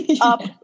up